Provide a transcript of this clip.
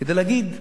כדי להגיד: